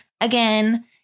again